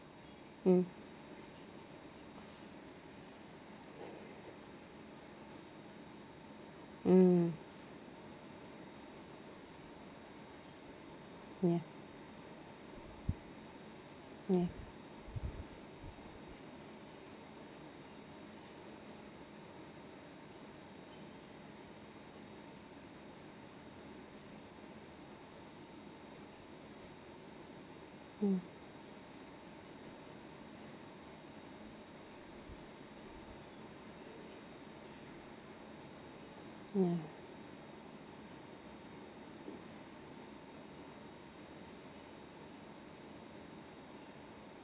mm mm ya ya mm ya mm